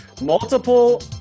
multiple